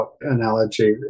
analogy